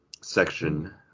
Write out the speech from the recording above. section